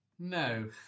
No